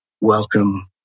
welcome